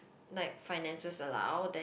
like finances allow then